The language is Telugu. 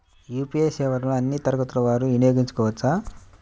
యూ.పీ.ఐ సేవలని అన్నీ తరగతుల వారు వినయోగించుకోవచ్చా?